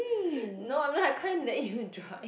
no I'm not I can't let you drive